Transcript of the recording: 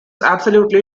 absolutely